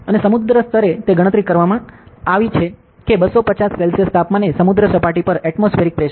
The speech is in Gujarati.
અને સમુદ્ર સ્તરે તે ગણતરી કરવામાં આવી છે કે 250 સેલ્સિયસ તાપમાને સમુદ્ર સપાટી પર એટમોસ્ફિએરિક પ્રેશર